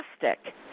fantastic